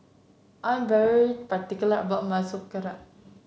I'm very particular about my Sauerkraut